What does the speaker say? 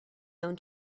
shown